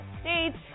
States